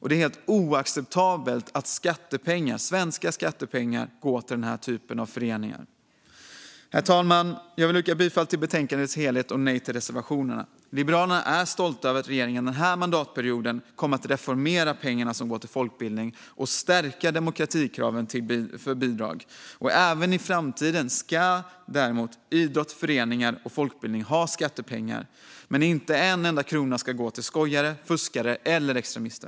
Det är helt oacceptabelt att svenska skattepengar går till den typen av föreningar. Herr talman! Jag vill yrka bifall till utskottets förslag i dess helhet och avslag på reservationerna. Liberalerna är stolta över att regeringen under den här mandatperioden kommer att reformera de pengar som går till folkbildning och stärka demokratikraven för bidrag. Även i framtiden ska idrott, föreningar och folkbildning få del av skattepengar, men inte en enda skattekrona ska gå till fuskare, skojare eller extremister.